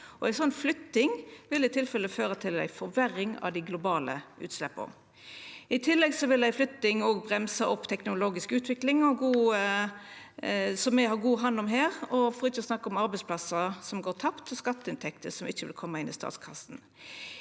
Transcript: flytting vil i tilfelle føra til ei forverring av dei globale utsleppa. I tillegg vil ei flytting bremsa opp teknologisk utvikling som me har god hand om her, for ikkje å snakka om arbeidsplassar som går tapt, og skatteinntekter som ikkje vil koma inn i statskassen.